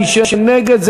מי שנגד,